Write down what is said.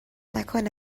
نکنه